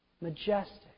majestic